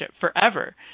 forever